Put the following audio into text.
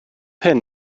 hyn